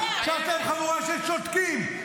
שאתם חבורה של שותקים,